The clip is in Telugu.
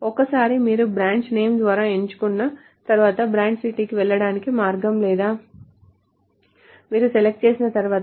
ఒకసారి మీరు బ్రాంచ్ నేమ్ ద్వారా ఎంచుకున్న తర్వాత బ్రాంచ్ సిటీకి వెళ్లడానికి మార్గం లేదు లేదా మీరు సెలెక్ట్ చేసిన తర్వాత